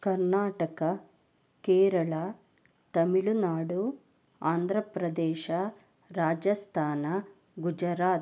Karnataka Kerala Tamil Nadu Andhra Pradesh Rajasthan Gujarat